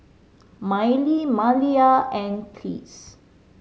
Mylie Maliyah and Pleas